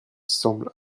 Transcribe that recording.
semble